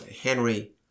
Henry